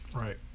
Right